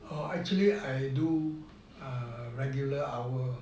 oh actually I do err regular hour